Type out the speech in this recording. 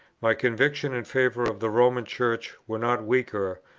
my convictions in favour of the roman church were not weaker,